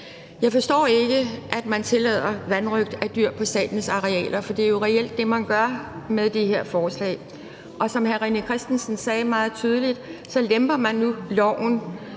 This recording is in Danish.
Jeg forstår ikke, at man tillader vanrøgt af dyr på statens arealer, for det er jo reelt det, man gør med det her forslag, og som hr. René Christensen sagde meget tydeligt, lemper man nu loven,